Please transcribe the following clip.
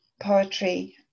poetry